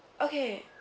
okay